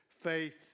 faith